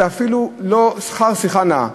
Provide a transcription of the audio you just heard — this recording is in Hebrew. אתה אפילו לא, שכר שיחה נאה,